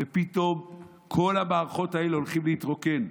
פתאום כל המערכות האלה הולכות להתרוקן.